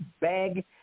bag